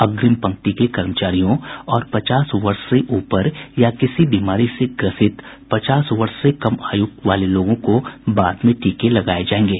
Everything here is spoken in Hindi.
अग्रिम पंक्ति के कर्मचारियों और पचास वर्ष से ऊपर या किसी बीमारी से ग्रसित पचास वर्ष से कम आयु वाले लोगों को बाद में टीके लगाये जायेंगे